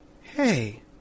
Hey